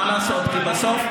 מה לעשות, כי בסוף,